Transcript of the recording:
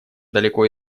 далеко